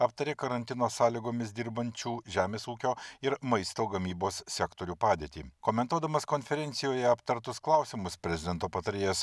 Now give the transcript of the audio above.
aptarė karantino sąlygomis dirbančių žemės ūkio ir maisto gamybos sektorių padėtį komentuodamas konferencijoje aptartus klausimus prezidento patarėjas